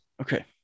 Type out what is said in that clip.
Okay